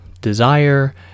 desire